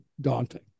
daunting